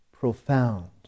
Profound